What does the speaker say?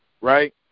right